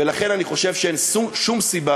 ולכן אני חושב שאין שום סיבה